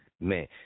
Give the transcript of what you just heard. man